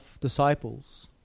disciples